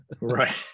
Right